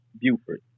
Buford